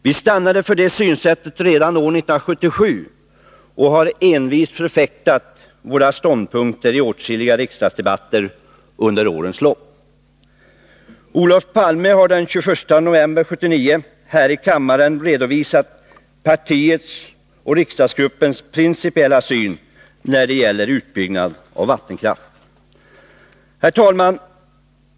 Vi stannade för det synsättet redan år 1977 och har envist förfäktat våra ståndpunkter i åtskilliga riksdagsdebatter under årens lopp. Olof Palme har den 21 november 1979 här i kammaren redovisat partiets och riksdagsgruppens principiella syn på utbyggnaden av vattenkraft. Herr talman!